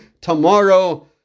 tomorrow